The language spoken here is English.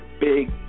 big